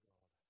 God